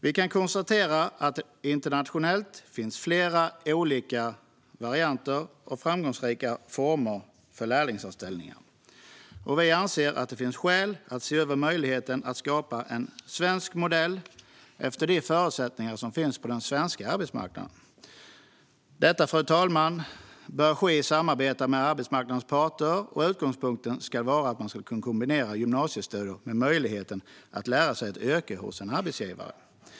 Vi kan konstatera att det internationellt finns flera olika varianter av framgångsrika former för lärlingsanställningar. Vi anser att det finns skäl att se över möjligheten att skapa en svensk modell efter de förutsättningar som finns på den svenska arbetsmarknaden. Detta, fru talman, bör ske i samarbete med arbetsmarknadens parter, och utgångspunkten ska vara att man ska kunna kombinera gymnasiestudier med möjligheten att lära sig ett yrke hos en arbetsgivare.